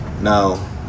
now